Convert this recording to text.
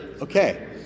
Okay